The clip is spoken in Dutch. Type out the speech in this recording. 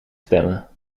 stemmen